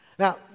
Now